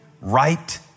right